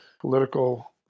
political